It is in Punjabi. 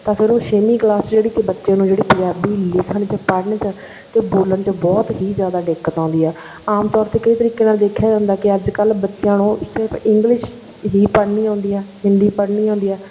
ਤਾਂ ਫਿਰ ਉਹ ਛੇਵੀਂ ਕਲਾਸ ਜਿਹੜੀ ਕਿ ਬੱਚੇ ਨੂੰ ਜਿਹੜੀ ਪੰਜਾਬੀ ਲਿਖਣ 'ਚ ਪੜ੍ਹਨ 'ਚ ਅਤੇ ਬੋਲਣ 'ਚ ਬਹੁਤ ਹੀ ਜ਼ਿਆਦਾ ਦਿੱਕਤ ਆਉਂਦੀ ਆ ਆਮ ਤੌਰ 'ਤੇ ਕਈ ਤਰੀਕਿਆਂ ਨਾਲ ਦੇਖਿਆ ਜਾਂਦਾ ਕਿ ਅੱਜ ਕੱਲ੍ਹ ਬੱਚਿਆਂ ਨੂੰ ਸਿਰਫ ਇੰਗਲਿਸ਼ ਹੀ ਪੜ੍ਹਨੀ ਆਉਂਦੀ ਆ ਹਿੰਦੀ ਪੜ੍ਹਨੀ ਆਉਂਦੀ ਹੈ